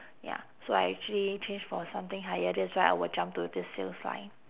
ya so I actually change for something higher that's why I will jump to this sales line